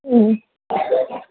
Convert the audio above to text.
ꯎꯝ